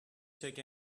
take